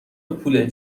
پول